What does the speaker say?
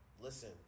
Listen